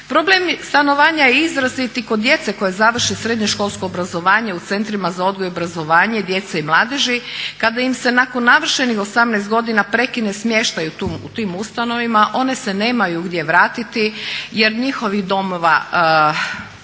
Problem stanovanja je izrazit i kod djece koja završe srednjoškolsko obrazovanje u Centrima za odgoj i obrazovanje djece i mladeži kada im se nakon navršenih 18 godina prekine smještaj u tim ustanovama one se nemaju gdje vratiti jer njihovih domova